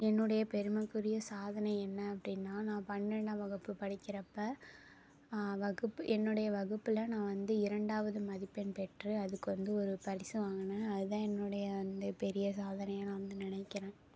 என்னுடைய பெருமைக்குரிய சாதனை என்ன அப்படின்னால் நான் பன்னெண்டாம் வகுப்பு படிக்கிறப்போ வகுப்பு என்னுடைய வகுப்பில் நான் வந்து இரண்டாவது மதிப்பெண் பெற்று அதுக்கு வந்து ஒரு பரிசு வாங்கினேன் அதுதான் என்னுடைய வந்து பெரிய சாதனையாக நான் வந்து நினைக்கிறேன்